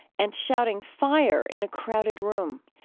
and shouting fire in a crowded room.